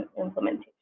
implementation